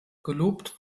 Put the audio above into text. gelobt